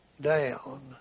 down